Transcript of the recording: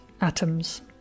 atoms